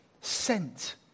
sent